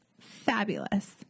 Fabulous